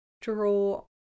draw